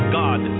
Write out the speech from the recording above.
god